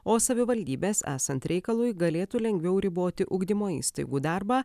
o savivaldybės esant reikalui galėtų lengviau riboti ugdymo įstaigų darbą